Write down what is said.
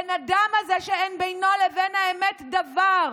הבן אדם הזה שאין בינו לבין האמת דבר,